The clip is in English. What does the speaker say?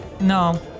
No